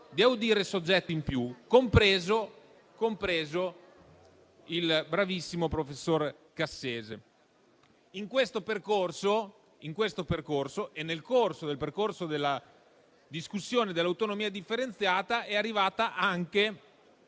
ulteriori soggetti, compreso il bravissimo professor Cassese. Lungo questo percorso e nel corso della discussione sull'autonomia differenziata è arrivata anche